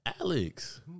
Alex